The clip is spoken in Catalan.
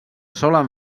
solen